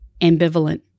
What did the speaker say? ambivalent